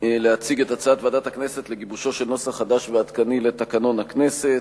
להציג את הצעת ועדת הכנסת לגיבושו של נוסח חדש ועדכני לתקנון הכנסת.